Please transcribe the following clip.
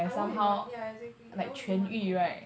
I won't even yeah exactly I won't even want to go